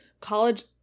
college